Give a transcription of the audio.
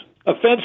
Offensive